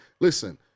listen